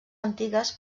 antigues